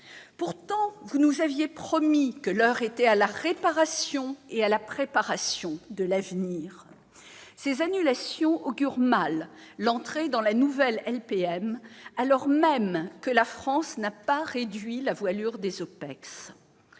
Pourtant, vous nous aviez promis que l'heure était à la réparation et à la préparation de l'avenir. Ces annulations augurent mal de l'entrée dans la nouvelle LPM, alors même que la France n'a pas réduit la voilure des OPEX.